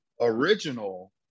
original